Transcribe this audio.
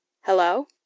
Hello